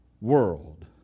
world